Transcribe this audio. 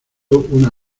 una